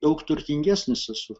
daug turtingesnis esu